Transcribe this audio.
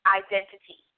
identity